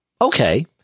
okay